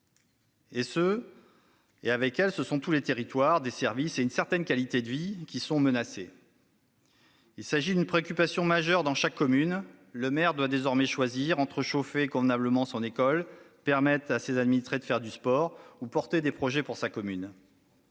: sans elles, ce sont des territoires, des services et une certaine qualité de vie qui sont menacés ! Il s'agit d'une préoccupation majeure dans chaque commune. Les maires doivent désormais choisir entre chauffer convenablement leur école, permettre à leurs administrés de faire du sport ou défendre des projets pour leur commune.